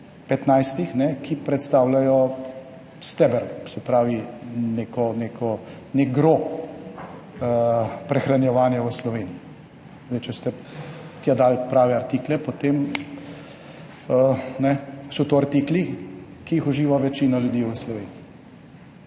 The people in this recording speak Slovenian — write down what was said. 15, ki predstavljajo steber, se pravi nek gro prehranjevanja v Sloveniji. Če ste tja dali prave artikle, potem so to artikli, ki jih uživa večina ljudi v Sloveniji.